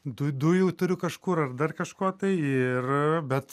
du dujų turiu kažkur aš dar kažko tai ir bet